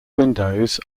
windows